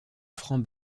francs